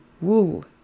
wool